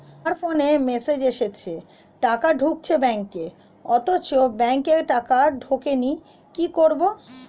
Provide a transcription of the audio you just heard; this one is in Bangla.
আমার ফোনে মেসেজ এসেছে টাকা ঢুকেছে ব্যাঙ্কে অথচ ব্যাংকে টাকা ঢোকেনি কি করবো?